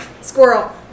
squirrel